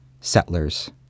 settlers